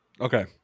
Okay